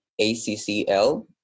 ACCL